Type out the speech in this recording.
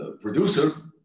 producers